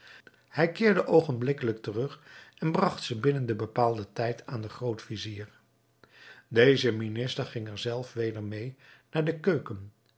hij keerde oogenblikkelijk terug en bragt ze binnen den bepaalden tijd aan den groot-vizier deze minister ging er zelf weder meê naar de keuken